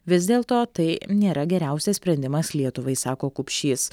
vis dėlto tai nėra geriausias sprendimas lietuvai sako kupšys